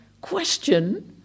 question